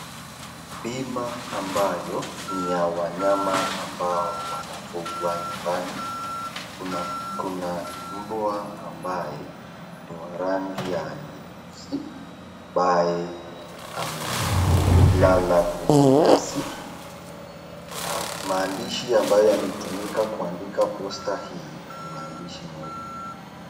Bima ambayo ni ya wanyama wanaofugwa nyumbani, kuna mbwa ambaye ni wa rani ya nyeusi ambaye amelala kwenye nyasi. Maandishi ambayo yametukika kuandika poster hii ni maandishi meupe.